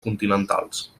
continentals